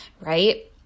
Right